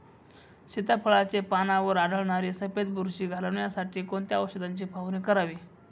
सीताफळाचे पानांवर आढळणारी सफेद बुरशी घालवण्यासाठी कोणत्या औषधांची फवारणी करावी?